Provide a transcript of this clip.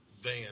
van